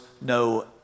no